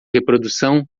reprodução